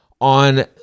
On